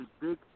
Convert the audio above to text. big